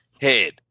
head